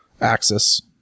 axis